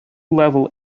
level